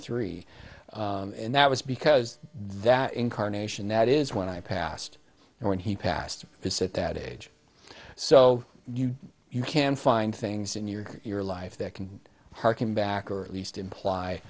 three and that was because that incarnation that is when i passed and when he passed because at that age so you can find things in your your life that can hearken back or at least imply